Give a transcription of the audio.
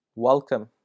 Welcome